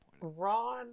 ron